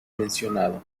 mencionado